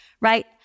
right